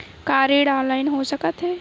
का ऋण ऑनलाइन हो सकत हे?